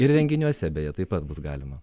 ir renginiuose beje taip pat bus galima